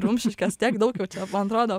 rumšiškės tiek daug jau čia man atrodo